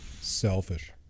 Selfish